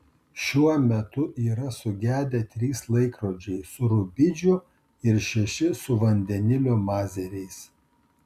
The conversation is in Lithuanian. šiuo metu yra sugedę trys laikrodžiai su rubidžio ir šeši su vandenilio mazeriais